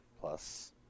plus